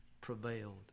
prevailed